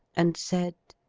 and said,